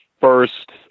first